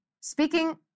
speaking